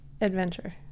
Adventure